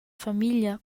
famiglia